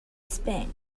spain